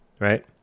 right